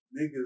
niggas